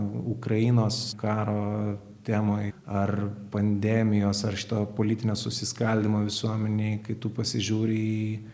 ukrainos karo temoj ar pandemijos ar šito politinio susiskaldymo visuomenėj kai tu pasižiūri į